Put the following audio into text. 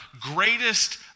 greatest